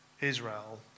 Israel